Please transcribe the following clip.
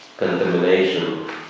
contamination